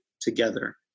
together